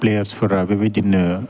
प्लेयारसफोरा बेबायदिनो